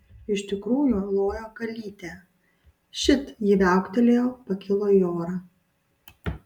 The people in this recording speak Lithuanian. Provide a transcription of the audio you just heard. iš tikrųjų lojo kalytė šit ji viauktelėjo pakilo į orą